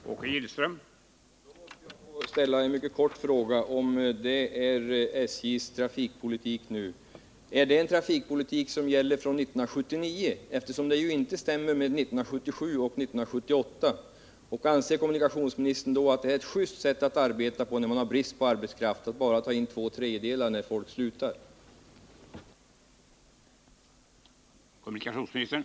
Herr talman! Om detta är SJ:s trafikpolitik nu måste jag ställa en kort fråga: Gäller denna politik från 1979? Den stämmer ju inte med den politik som förts under 1977 och 1978. Anser kommunikationsministern vidare att det är just att bara nyanställa två tredjedelar av det antal som slutar när det råder brist på arbetskraft?